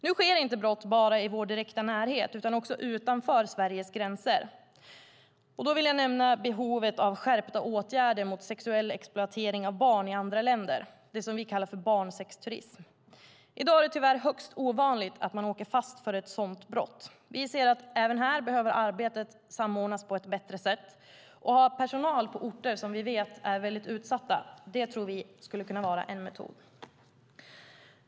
Nu sker inte brott bara i vår direkta närhet utan också utanför Sveriges gränser. Då vill jag nämna behovet av skärpta åtgärder mot sexuell exploatering av barn i andra länder - det som vi kallar för barnsexturism. I dag är det tyvärr högst ovanligt att man åker fast för ett sådant brott. Vi ser att även här behöver arbetet samordnas på ett bättre sätt, och vi tror att en bra metod skulle kunna vara att ha personal på orter som vi vet är utsatta.